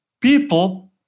people